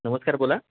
नमस्कार बोला